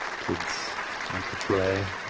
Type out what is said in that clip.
kids want to play.